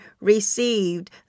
received